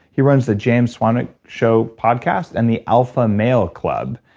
he runs the james swanwick show podcast, and the alpha male club.